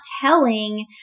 telling